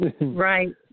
Right